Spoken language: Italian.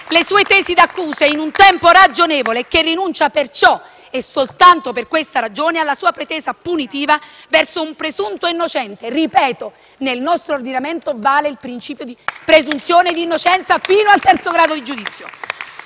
le sue tesi d'accusa in un tempo ragionevole e che rinuncia perciò - e soltanto per questa ragione - alla sua pretesa punitiva verso un presunto innocente. *(Applausi dal Gruppo PD)*. Ripeto: nel nostro ordinamento vale il principio di presunzione di innocenza fino al terzo grado di giudizio.